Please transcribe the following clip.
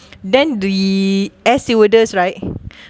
then the air stewardess right